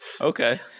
okay